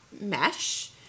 mesh